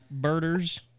Birders